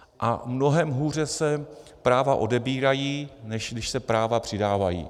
A mnohem hůře se práva odebírají, než když se práva přidávají.